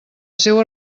seua